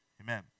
Amen